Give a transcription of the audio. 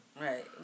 Right